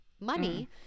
money